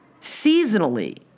seasonally